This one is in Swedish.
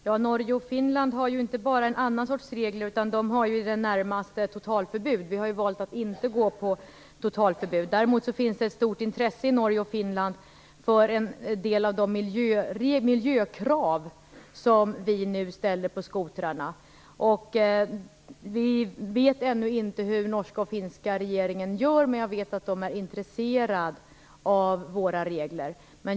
Herr talman! Norge och Finland har ju inte bara en annan sorts regler, utan där råder i det närmaste ett totalförbud. Vi har valt att inte gå på linjen totalförbud. Däremot finns det ett stort intresse i Norge och Finland för de miljökrav som vi nu ställer på skotrarna. Vi vet ännu inte hur de norska och finska regeringarna gör, men de är intresserade av våra regler.